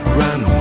run